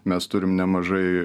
mes turim nemažai